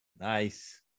Nice